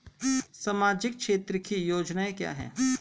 सामाजिक क्षेत्र की योजनाएं क्या हैं?